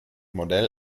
modell